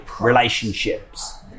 relationships